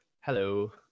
Hello